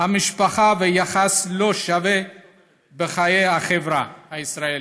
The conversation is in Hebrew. והמשפחה וביחס לא שווה בחיי החברה הישראלית.